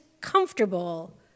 comfortable